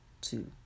two